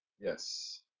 Yes